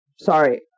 Sorry